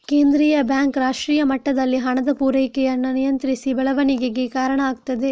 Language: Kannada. ಕೇಂದ್ರೀಯ ಬ್ಯಾಂಕ್ ರಾಷ್ಟ್ರೀಯ ಮಟ್ಟದಲ್ಲಿ ಹಣದ ಪೂರೈಕೆಯನ್ನ ನಿಯಂತ್ರಿಸಿ ಬೆಳವಣಿಗೆಗೆ ಕಾರಣ ಆಗ್ತದೆ